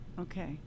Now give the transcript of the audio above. Okay